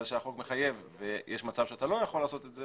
שהחוק מחייב ויש מצב שאתה לא יכול לעשות את זה